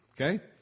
okay